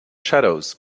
shadows